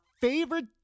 favorite